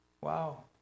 Wow